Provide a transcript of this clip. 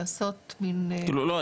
לעשות מן- -- לא,